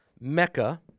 Mecca